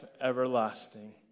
everlasting